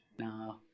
No